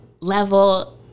level